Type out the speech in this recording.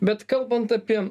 bet kalbant apie